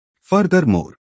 Furthermore